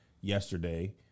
yesterday